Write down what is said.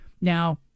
Now